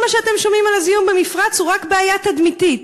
כל מה שאתם שומעים על הזיהום במפרץ הוא רק בעיה תדמיתית,